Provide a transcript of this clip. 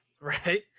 right